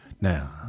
Now